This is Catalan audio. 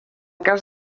cas